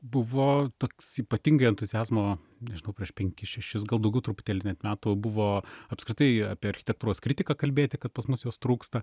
buvo toks ypatingai entuziazmo nežinau prieš penkis šešis gal daugiau truputėlį net metų buvo apskritai apie architektūros kritiką kalbėti kad pas mus jos trūksta